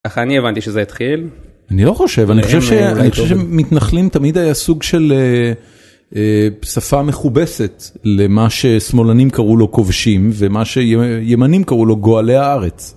ככה אני הבנתי שזה התחיל. אני לא חושב, אני חושב שמתנחלים תמיד היה סוג של שפה מכובסת למה ששמאלנים קראו לו כובשים ומה שימנים קראו לו גואלי הארץ.